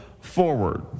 forward